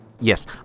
Yes